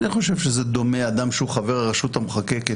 אינני חושב שזה דומה לגבי אדם שהוא חבר ברשות המחוקקת